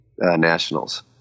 Nationals